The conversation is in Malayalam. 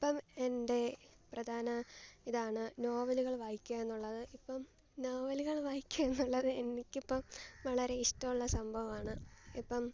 ഇപ്പം എന്റെ പ്രധാന ഇതാണ് നോവലുകള് വായിക്കുക എന്നുള്ളത് ഇപ്പം നോവലുകള് വായിക്കുക എന്നുള്ളത് എനിക്കിപ്പം വളരെ ഇഷ്ടമുള്ള സംഭവമാണ് ഇപ്പം